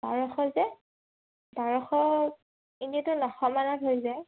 বাৰশ যে বাৰশ এনেইতো নশ মানত হৈ যায়